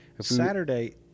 Saturday